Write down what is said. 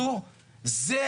לא, בסדר.